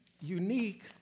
unique